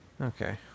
Okay